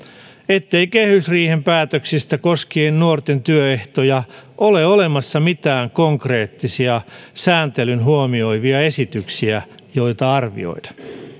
ettei kehysriihen päätöksistä koskien nuorten työehtoja ole olemassa mitään konkreettisia sääntelyn huomioivia esityksiä joita arvioida